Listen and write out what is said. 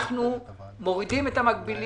אנחנו מורידים את המקבילים,